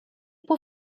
può